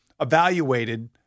evaluated